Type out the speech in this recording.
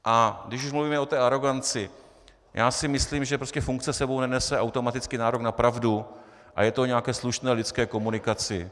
A když už mluvíme o té aroganci, já si myslím, že funkce s sebou nenese automaticky nárok na pravdu a je to i o nějaké slušné lidské komunikaci.